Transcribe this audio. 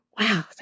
Wow